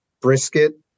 Brisket